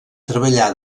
treballà